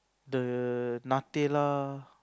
the Nutella